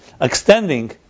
extending